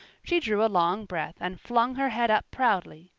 she drew a long breath and flung her head up proudly,